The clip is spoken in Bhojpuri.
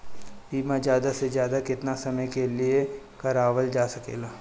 बीमा ज्यादा से ज्यादा केतना समय के लिए करवायल जा सकेला?